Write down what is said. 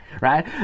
right